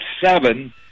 seven